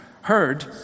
heard